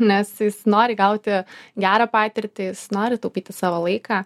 nes nori gauti gerą patirtį nori taupyti savo laiką